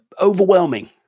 overwhelming